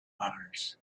mars